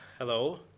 Hello